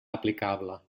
aplicable